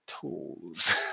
tools